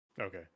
okay